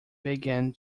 began